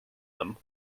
them